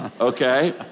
okay